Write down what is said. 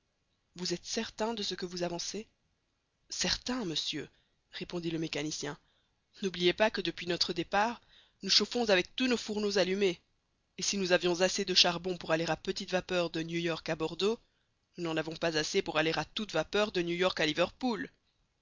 vous êtes certain de ce que vous avancez certain monsieur répondit le mécanicien n'oubliez pas que depuis notre départ nous chauffons avec tous nos fourneaux allumés et si nous avions assez de charbon pour aller à petite vapeur de new york à bordeaux nous n'en avons pas assez pour aller à toute vapeur de new york à liverpool